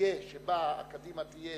שבה קדימה תהיה